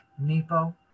Nepo